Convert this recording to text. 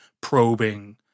probing